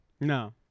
No